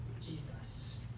Jesus